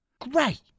Great